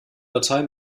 datei